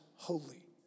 Holy